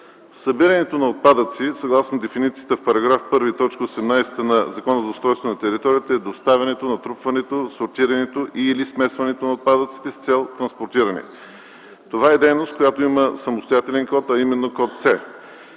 Събирането на отпадъци, съгласно дефиницията в § 1, т. 18 на Закона за устройство на територията, е доставянето, натрупването, сортирането и/или смесването на отпадъците с цел транспортиране. Това е дейност, която има самостоятелен код, а именно код С.